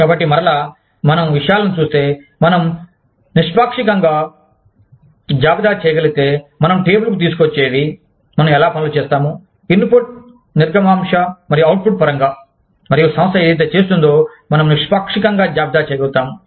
కాబట్టి మరలా మనం విషయాలను చూస్తే మనం నిష్పాక్షికంగా జాబితా చేయగలిగితే మనం టేబుల్కు తీసుకువచ్చేవి మనం ఎలా పనులు చేస్తాము ఇన్పుట్ నిర్గమాంశ మరియు అవుట్పుట్ పరంగా మరియు సంస్థ ఏదైతే చేస్తోందో మనం నిష్పాక్షికంగా జాబితా చేయగలుగుతాము